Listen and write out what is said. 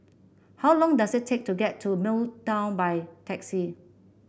how long does it take to get to Midtown by taxi